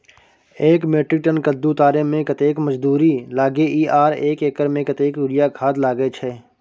एक metric ton कद्दू उतारे में कतेक मजदूरी लागे इ आर एक एकर में कतेक यूरिया खाद लागे छै?